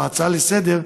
בהצעה לסדר-היום,